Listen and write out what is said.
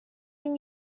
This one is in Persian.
این